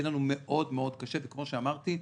יהיה לנו מאוד-מאוד קשה וכמו שאמרתי,